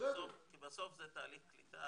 כי בסוף זה תהליך קליטה,